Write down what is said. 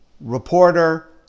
reporter